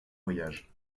voyages